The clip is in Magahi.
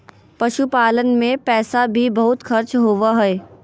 पशुपालन मे पैसा भी बहुत खर्च होवो हय